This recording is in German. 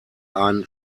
ein